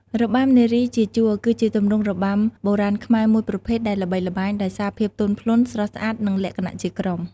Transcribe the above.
របាំនារីជាជួរ គឺជាទម្រង់របាំបុរាណខ្មែរមួយប្រភេទដែលល្បីល្បាញដោយសារភាពទន់ភ្លន់ ស្រស់ស្អាត និងលក្ខណៈជាក្រុម។